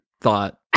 thought